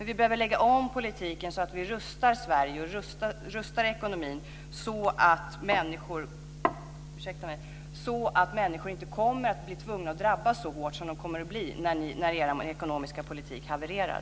Vi behöver lägga om politiken så att vi rustar Sverige och rustar ekonomin så att människor inte kommer att drabbas så hårt som kommer att ske när er ekonomiska politik havererar.